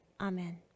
amen